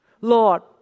Lord